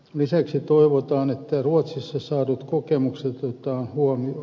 lisäksi toivotaan että ruotsissa saadut kokemukset otetaan huomioon